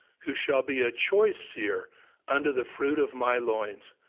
who shall be a choice seer unto the fruit of my loins.